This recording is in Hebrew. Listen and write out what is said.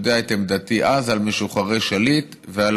יודע את עמדתי אז על משוחררי שליט ועל